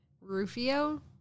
Rufio